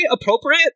appropriate